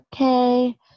Okay